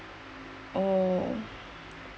oh